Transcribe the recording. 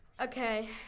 okay